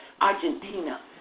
Argentina